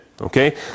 okay